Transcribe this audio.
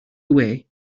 way